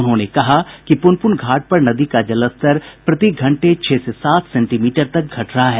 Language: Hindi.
उन्होंने कहा कि प्रनपुन घाट पर नदी का जलस्तर प्रति घंटे छह से सात सेंटीमीटर तक घट रहा है